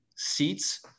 Seats